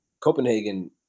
Copenhagen